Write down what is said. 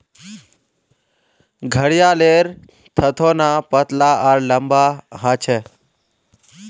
घड़ियालेर थथोना पतला आर लंबा ह छे